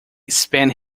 spent